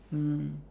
mm